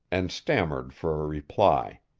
and stammered for a reply.